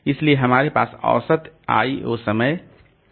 इसलिए हमारे पास औसत I O समय है